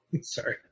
Sorry